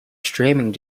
streaming